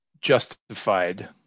justified